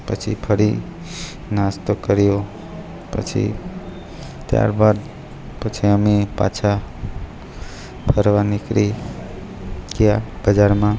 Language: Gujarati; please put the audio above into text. પછી ફરી નાસ્તો કર્યો પછી ત્યારબાદ પછી અમે પાછા ફરવા નીકળી ગયા બજારમાં